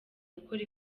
gukora